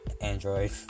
Android